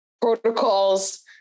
protocols